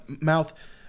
mouth